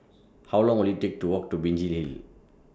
How Long Will IT Take to Walk to Binjai Hill